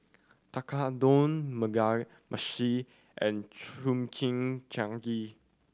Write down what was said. Tekkadon Mugi Meshi and Chimichangas